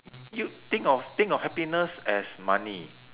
y~ you think of think of happiness as money